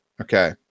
Okay